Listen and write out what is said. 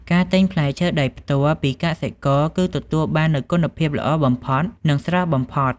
ការទិញផ្លែឈើដោយផ្ទាល់ពីកសិករគឺទទួលបាននូវគុណភាពល្អបំផុតនិងស្រស់បំផុត។